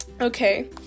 Okay